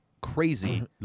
crazy